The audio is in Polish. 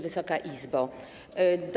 Wysoka Izbo!